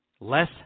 Less